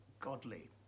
godly